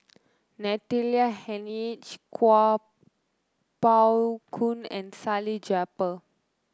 Natalie Hennedige Kuo Pao Kun and Salleh Japar